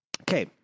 Okay